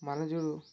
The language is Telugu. మనుషులు